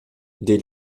des